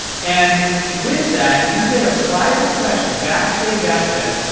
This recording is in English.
and with that, you get a private session, backstage access,